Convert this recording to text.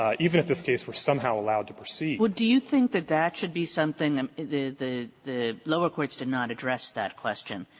ah even if this case were somehow allowed to proceed. kagan well, do you think that that should be something? um the the lower courts did not address that question.